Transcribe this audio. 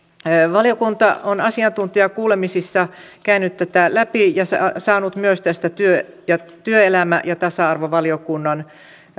valiokunta on asiantuntijakuulemisissa käynyt tätä läpi ja saanut tästä myös työelämä ja tasa arvovaliokunnan